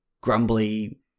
grumbly